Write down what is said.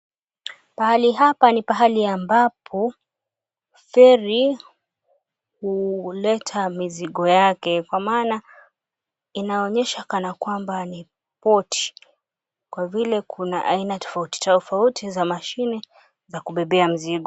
Pahali hapa ni pahali ambapo feri huleta mizigo yake kwa maana inaonyesha kana kwamba ni poti kwa vile kuna aina tofautitofauti za mashine za kubebea mizigo.